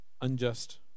unjust